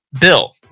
bill